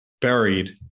buried